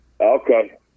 Okay